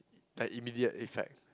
like immediate effect